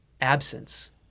absence